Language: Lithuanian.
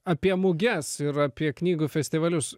apie muges ir apie knygų festivalius